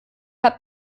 habt